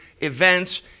events